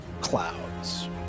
clouds